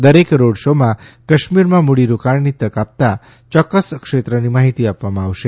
દરેક રોડ શોમાં કાશ્મીરમાં મૂડીરોકાણની તક આપતા યોક્કસ ક્ષેત્રની માહિતી આપવામાં આવશે